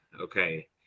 okay